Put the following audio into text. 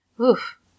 Oof